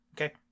Okay